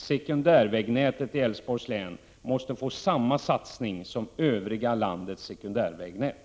Sekundärvägnätet i Älvsborgs län måste få samma satsning som övriga landets sekundärvägnät.